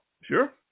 Sure